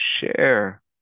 share